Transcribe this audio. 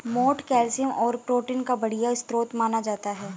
मोठ कैल्शियम और प्रोटीन का बढ़िया स्रोत माना जाता है